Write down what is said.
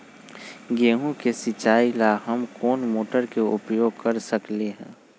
गेंहू के सिचाई ला हम कोंन मोटर के उपयोग कर सकली ह?